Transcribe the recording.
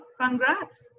Congrats